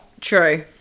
True